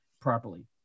properly